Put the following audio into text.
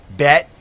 bet